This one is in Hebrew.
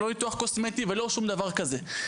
לא ניתוח קוסמטי ולא שום דבר כזה.